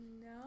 No